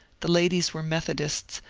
the ladies were methodists,